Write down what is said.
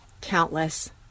countless